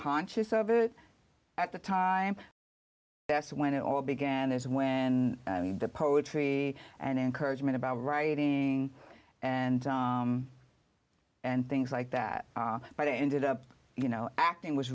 conscious of it at the time that's when it all began is when the poetry and encouragement about writing and and things like that but ended up you know acting was